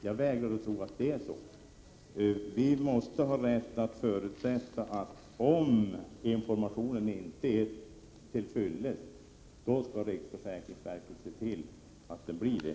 Jag vägrar tro att det förhåller sig på det sättet. Vi måste kunna förutsätta att om informationen inte är till fyllest skall riksförsäkringsverket se till att den blir det.